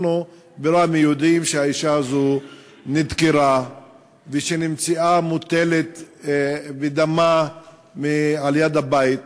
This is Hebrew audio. אנחנו בראמה יודעים שהאישה הזאת נדקרה ושנמצאה מוטלת בדמה על-יד הבית.